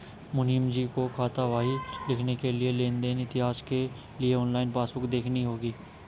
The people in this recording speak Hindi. मुनीमजी को खातावाही लिखने के लिए लेन देन इतिहास के लिए ऑनलाइन पासबुक देखनी होगी